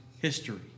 history